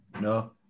no